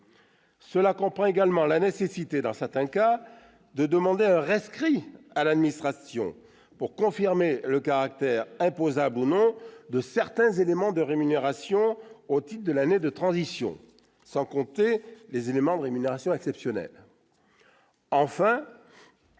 Cela comprend également la nécessité, dans certains cas, de demander un rescrit à l'administration fiscale pour confirmer le caractère imposable ou non de certains éléments de rémunération au titre de l'année de transition, sans compter les éléments de rémunération exceptionnels. Enfin,